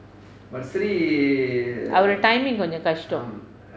our timing கொஞ்ச கஷ்டம்:koncha kashtam